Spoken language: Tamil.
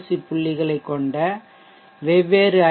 சி புள்ளிகளைக் கொண்ட வெவ்வேறு ஐ